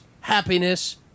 happiness